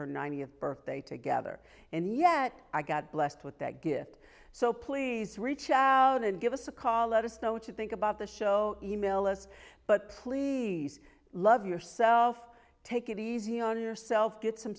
her ninetieth birthday together and yet i got blessed with that gift so please reach out and give us a call let us know what you think about the show e mail us but please love yourself take it easy on yourself get some